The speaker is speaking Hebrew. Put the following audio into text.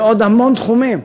של עוד המון תחומים,